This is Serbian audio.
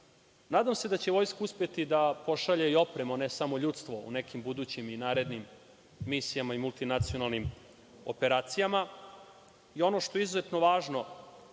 se da će Vojska uspeti da pošalje i opremu, a ne samo ljudstvo u nekim budućim i narednim misijama i multinacionalnim operacijama. Ono što je izuzetno važno,